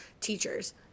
teachers